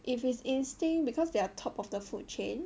if is instinct because they are top of the food chain